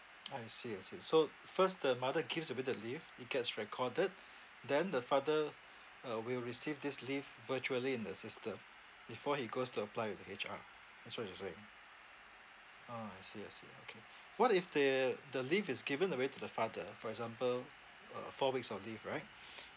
I see I see so first the mother gives away the leave it gets recorded then the father uh will receive this leave virtually in the system before he goes to apply with the H_R that's what you're saying ah I see I see okay what if the the leave is given away to the father for example uh four weeks of leave right